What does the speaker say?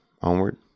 Onward